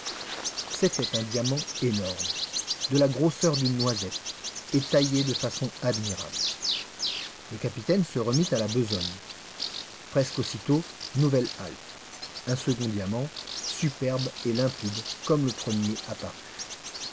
c'était un diamant énorme de la grosseur d'une noisette et taillé de façon admirable le capitaine se remit à la besogne presque aussitôt nouvelle halte un second diamant superbe et limpide comme le premier apparut